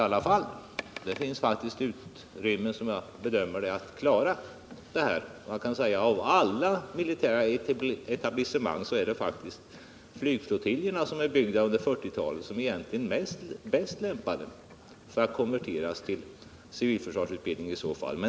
Av alla militära etablissemang är faktiskt de flygflottiljer som är byggda under 1940-talet bäst lämpade att konverteras till civilförsvarsutbildning.